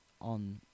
on